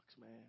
man